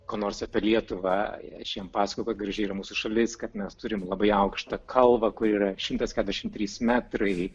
ko nors apie lietuvą aš jiem pasakoju kokia graži yra mūsų šalis kad mes turim labai aukštą kalvą kur yra šimtas keturiasdešimt trys metrai